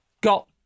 got